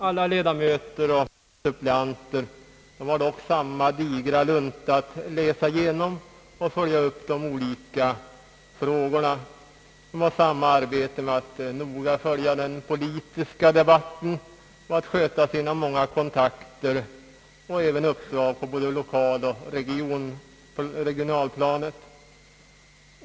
Alla ledamöter och suppleanter har dock samma digra lunta att läsa igenom och att följa upp de olika frågorna, samma arbete med att noga följa den politiska debatten och att sköta sina många kontakter och uppdrag på Ilokaloch regionalplanet.